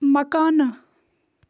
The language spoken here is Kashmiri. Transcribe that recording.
مکانہٕ